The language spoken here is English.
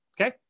Okay